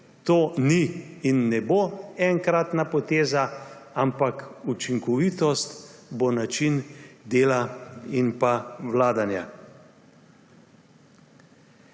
To ni in ne bo enkratna poteza, ampak učinkovitost bo način dela in pa vladanja.